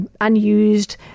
unused